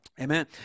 amen